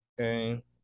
Okay